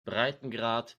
breitengrad